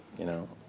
you know?